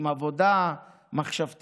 עם עבודה מחשבתית,